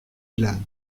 glanes